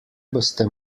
boste